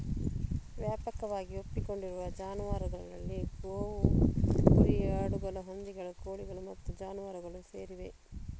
ವ್ಯಾಪಕವಾಗಿ ಒಪ್ಪಿಕೊಂಡಿರುವ ಜಾನುವಾರುಗಳಲ್ಲಿ ಗೋವು, ಕುರಿ, ಆಡುಗಳು, ಹಂದಿಗಳು, ಕೋಳಿಗಳು ಮತ್ತು ಜಾನುವಾರುಗಳು ಸೇರಿವೆ